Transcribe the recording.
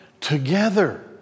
Together